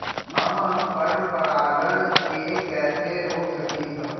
हम पर परागण के कैसे रोक सकली ह?